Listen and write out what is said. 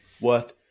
worth